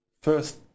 first